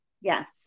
yes